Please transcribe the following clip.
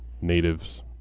natives